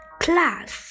class